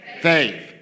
faith